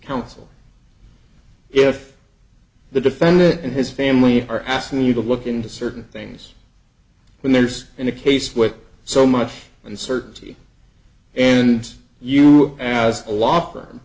counsel if the defendant and his family are asking you to look into certain things when there's in a case with so much uncertainty and you as a law firm